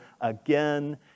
again